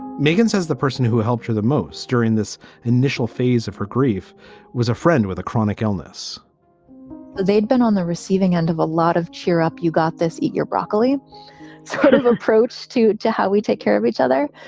and megan says the person who helped her the most during this initial phase of her grief was a friend with a chronic illness they'd been on the receiving end of a lot of cheer up, you got this eat your broccoli sort of approach to to how we take care of each other.